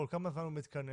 כל כמה זמן הוא מתכנס?